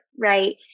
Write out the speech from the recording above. right